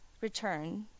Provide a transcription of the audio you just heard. return